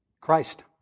Christ